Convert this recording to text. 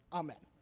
amen.